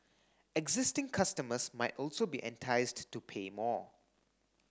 existing customers might also be enticed to pay more